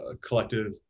collective